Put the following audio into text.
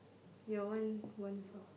your one one sock